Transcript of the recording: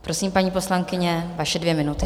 Prosím, paní poslankyně, vaše dvě minuty.